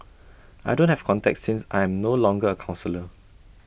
I don't have contacts since I am no longer A counsellor